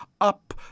up